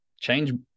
change